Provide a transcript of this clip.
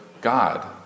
God